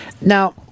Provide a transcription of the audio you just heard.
Now